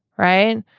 right.